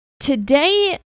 Today